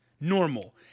normal